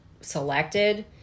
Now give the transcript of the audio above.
selected